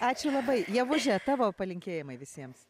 ačiū labai ievuže tavo palinkėjimai visiems